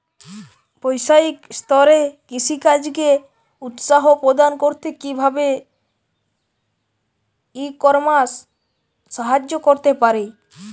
বৈষয়িক স্তরে কৃষিকাজকে উৎসাহ প্রদান করতে কিভাবে ই কমার্স সাহায্য করতে পারে?